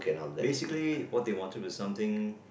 basically what they wanted to something